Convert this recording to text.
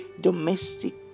domestic